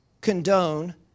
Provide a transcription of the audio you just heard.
condone